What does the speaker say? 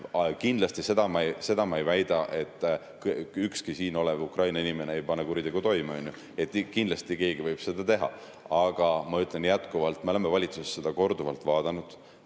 kindlasti seda ma ei väida, et ükski siin olev Ukraina inimene ei pane kuritegu toime. Kindlasti keegi võib seda teha. Aga ma ütlen jätkuvalt, et me oleme valitsuses korduvalt vaadanud